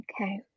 okay